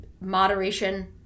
moderation